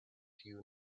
you